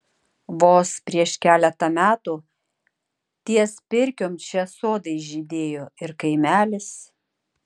vos prieš keletą metų ties pirkiom čia sodai žydėjo ir kaimelis